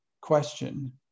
question